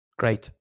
great